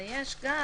כן.